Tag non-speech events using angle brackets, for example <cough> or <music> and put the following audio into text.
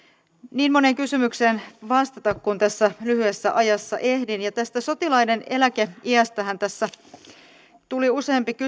niin moneen kysymykseen vastata kuin tässä lyhyessä ajassa ehdin tästä sotilaiden eläkeiästähän tässä tuli useampikin <unintelligible>